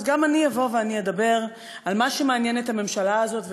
אז גם אני אבוא ואדבר על מה שמעניין את הממשלה הזאת,